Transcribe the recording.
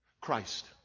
Christ